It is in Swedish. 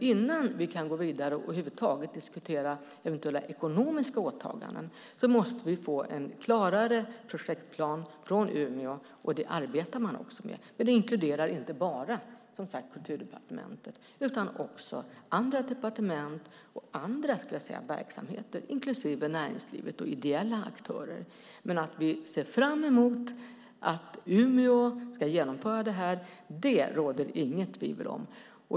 Innan vi kan gå vidare och över huvud taget diskutera eventuella ekonomiska åtaganden måste vi få en klarare projektplan från Umeå, och det arbetar man med. Det inkluderar inte bara Kulturdepartementet utan också andra departement och andra verksamheter, inklusive näringslivet och ideella aktörer. Att vi ser fram emot att Umeå ska genomgöra detta råder det inget tvivel om.